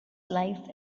life